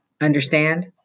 Understand